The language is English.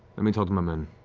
let me talk to my men.